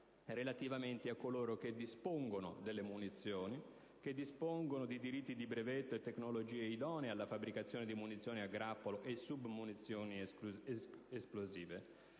relativamente a coloro che dispongono delle munizioni, dei diritti di brevetto e delle tecnologie idonee alla fabbricazione di munizioni a grappolo e submunizioni esplosive,